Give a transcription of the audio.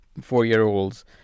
four-year-olds